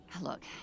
Look